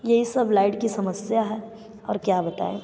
यही सब लाइट की समस्या है और क्या बताएँ